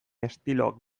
estilo